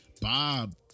Bob